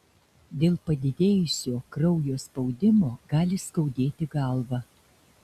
dėl padidėjusio kraujo spaudimo gali skaudėti galvą